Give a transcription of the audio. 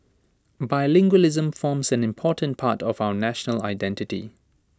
bilingualism forms an important part of our national identity